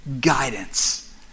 guidance